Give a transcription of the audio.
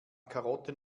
karotten